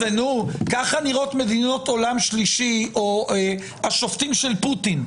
ככה נראות מדינות עולם שלישי או השופטים של פוטין.